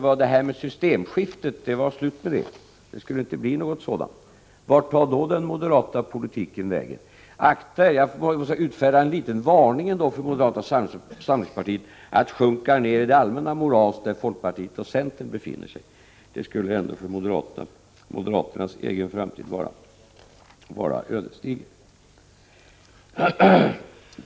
Var det slut med systemskiftet? Skulle det inte bli något sådant? Men vart tar då den moderata politiken vägen? Jag måste utfärda en liten varning till moderata samlingspartiet: sjunk inte ned i det allmänna moras där folkpartiet och centern befinner sig. Det skulle för moderaternas egen framtid vara ödesdigert.